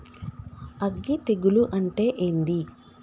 అగ్గి తెగులు అంటే ఏంది?